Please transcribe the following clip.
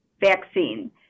vaccine